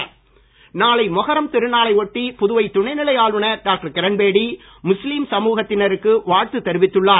மொகரம் நாளை மொகரம் திருநாளை ஒட்டி புதுவை துணை நிலை ஆளுநர் டாக்டர் கிரண்பேடி முஸ்லீம் சமுகத்தினருக்கு வாழ்த்து தெரிவித்துள்ளார்